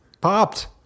Popped